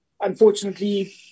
Unfortunately